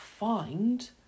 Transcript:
find